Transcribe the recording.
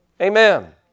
Amen